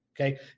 Okay